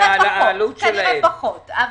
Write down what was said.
פחות.